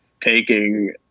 taking